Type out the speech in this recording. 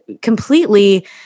completely